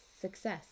success